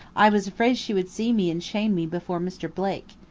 i was afraid she would see me and shame me before mr. blake.